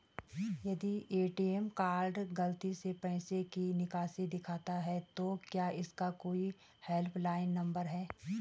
यदि ATM card गलती से पैसे की निकासी दिखाता है तो क्या इसका कोई हेल्प लाइन नम्बर है?